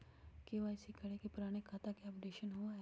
KYC करें से पुराने खाता के अपडेशन होवेई?